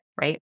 right